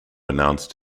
announced